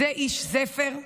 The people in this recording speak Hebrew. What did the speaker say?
זה איש ספר?